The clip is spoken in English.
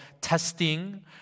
testing